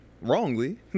Wrongly